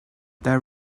there